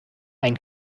ein